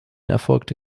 erfolgte